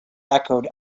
echoed